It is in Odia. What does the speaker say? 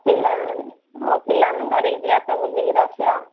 ପିଲା ପିଲାମାନଙ୍କୁ ଧରିକି ଯିବା ତ ବୁଲିକରି ଆସିବା